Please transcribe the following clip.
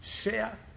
share